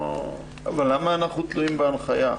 אבל למה אנחנו תלויים בהנחיה?